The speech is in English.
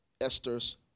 Esther's